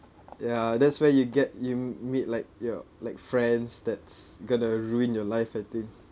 ya that's where you get you m~ meet like your like friends that's going to ruin your life I think